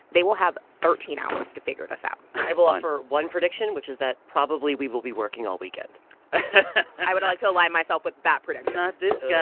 they will have thirteen hours to figure this out i will offer one prediction, which is that probably we will be working all weekend and i would like to align myself with that prediction not this yeah